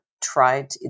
tried